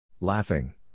Laughing